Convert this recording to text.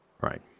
Right